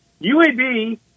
UAB